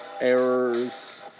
errors